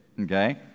okay